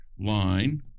Line